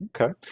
Okay